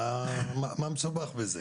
מה מסובך בזה?